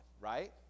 right